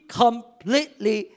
completely